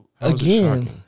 again